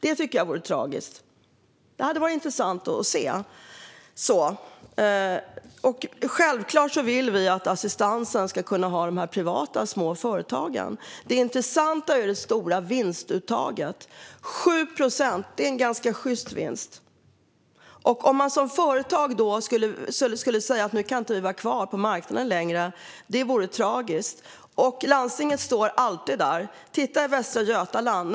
Det tycker jag vore tragiskt, och det hade varit intressant att se. Självklart vill vi att assistansen ska kunna utföras av de här privata små företagen. Det intressanta är det stora vinstuttaget. 7 procent är en ganska sjyst vinst, och det vore tragiskt om ett företag då skulle säga att de inte kan vara kvar på marknaden. Landstinget står alltid där. Titta på Västra Götaland!